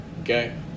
Okay